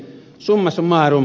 summa summarum